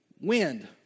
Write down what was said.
wind